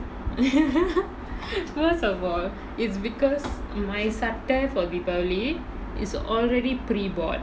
first of all it's because my சட்ட:satta for deepavali is already pre-bought